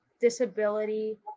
disability